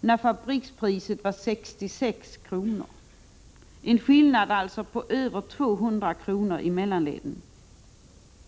där fabrikspriset var 66 kr.? Över 200 kr. gick alltså till mellanleden.